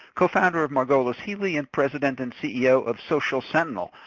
co-founder of margolis healy and president and ceo of social sentinel,